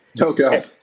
Okay